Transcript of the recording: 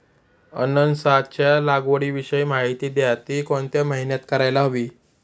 अननसाच्या लागवडीविषयी माहिती द्या, ति कोणत्या महिन्यात करायला हवी?